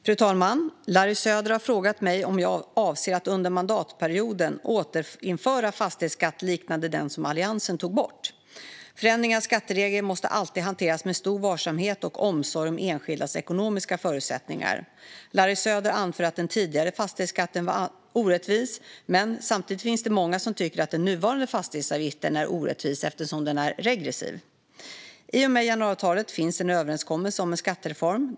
Fru talman! har frågat mig om jag avser att under mandatperioden återinföra fastighetsskatt liknande den som Alliansen tog bort. Förändringar av skatteregler måste alltid hanteras med stor varsamhet och omsorg om enskildas ekonomiska förutsättningar. Larry Söder anför att den tidigare fastighetsskatten var orättvis, men samtidigt finns det många som tycker att den nuvarande fastighetsavgiften är orättvis eftersom den är regressiv. I och med januariavtalet finns en överenskommelse om en skattereform.